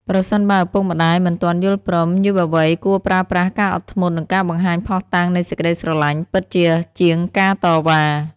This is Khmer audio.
ប្រសិនបើឪពុកម្ដាយមិនទាន់យល់ព្រម យុវវ័យគួរប្រើប្រាស់ការអត់ធ្មត់ និងការបង្ហាញភស្តុតាងនៃសេចក្ដីស្រឡាញ់ពិតជាជាងការតវ៉ា។